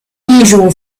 usual